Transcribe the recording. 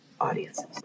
audiences